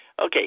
okay